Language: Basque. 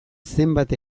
zenbat